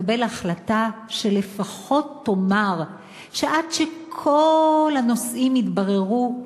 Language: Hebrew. תתקבל החלטה שלפחות תאמר שעד שכל הנושאים יתבררו,